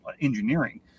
engineering